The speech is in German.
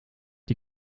die